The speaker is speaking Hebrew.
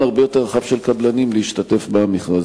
הרבה יותר רחב של קבלנים להשתתף במכרזים.